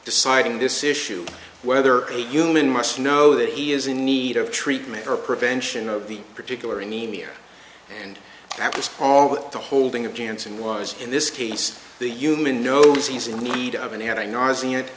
deciding this issue whether a human must know that he is in need of treatment or prevention of the particular anemia and that is all the holding of janson was in this case the human knows he's in need of an